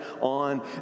on